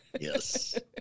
Yes